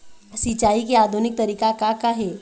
सिचाई के आधुनिक तरीका का का हे?